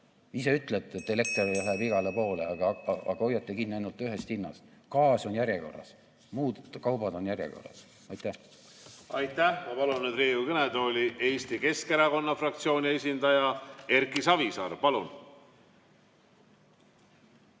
Ise ütlete, et elekter läheb igale poole, aga hoiate kinni ainult ühest hinnast. Gaas on järjekorras. Muud kaubad on järjekorras. Aitäh! Aitäh! Ma palun nüüd Riigikogu kõnetooli Eesti Keskerakonna fraktsiooni esindaja Erki Savisaare. Palun!